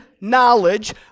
knowledge